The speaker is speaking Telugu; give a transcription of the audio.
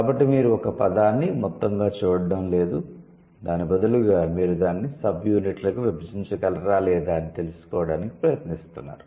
కాబట్టి మీరు ఒక పదాన్ని మొత్తంగా చూడటం లేదు బదులుగా మీరు దానిని సబ్యూనిట్లుగా విభజించగలరా లేదా అని తెలుసుకోవడానికి ప్రయత్నిస్తున్నారు